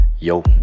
Yo